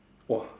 !wah!